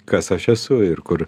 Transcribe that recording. kas aš esu ir kur